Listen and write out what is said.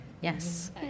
Yes